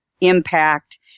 impact